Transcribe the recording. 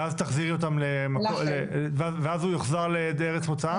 ואז הוא יוחזר לאיזה ארץ מוצא?